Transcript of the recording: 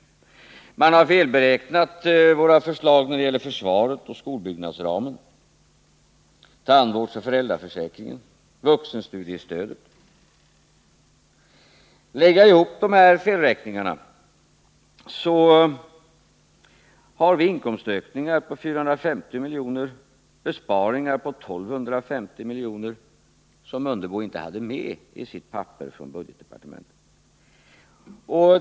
Man har felberäknat våra förslag när det gäller försvaret, skolbyggnadsramen, tandvårdsoch föräldraförsäkringen samt vuxenstudiestödet. Lägger jag ihop dessa felräkningar, så visar det sig att våra förslag innebär inkomstökningar på 450 milj.kr. och besparingar på 1 250 milj.kr. som herr Mundebo inte hade med i sitt papper från budgetdepartementet.